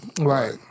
Right